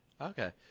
Okay